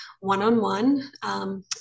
one-on-one